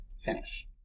finish